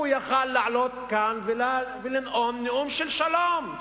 הוא יכול היה לעלות כאן ולנאום נאום של שלום,